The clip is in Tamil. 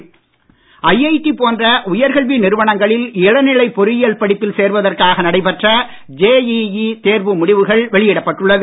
ஏனாம் ஐஐடி போன்ற உயர்கல்வி நிறுவனங்களில் இளநிலை பொறியியல் படிப்பில் சேர்வதற்காக நடைபெற்ற ஜேஇஇ தேர்வு முடிவுகள் வெளியிடப்பட்டுள்ளது